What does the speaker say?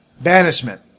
Banishment